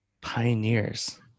Pioneers